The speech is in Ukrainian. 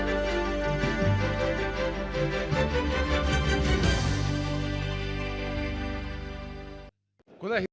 Дякую,